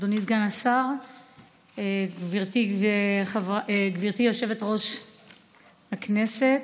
אדוני סגן השר, גברתי יושבת-ראש הכנסת,